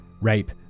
rape